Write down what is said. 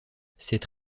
cette